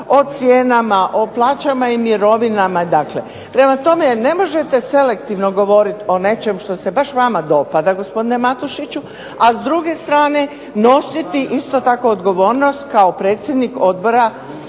o cijenama, o plaćama i mirovinama. Prema tome, ne možete selektivno govoriti o nečem što se baš vama dopada, gospodine Matošiću, a s druge strane nositi isto tako odgovornost kao predsjednik odbora